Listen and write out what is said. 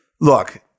Look